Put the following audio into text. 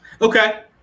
okay